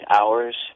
hours